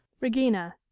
Regina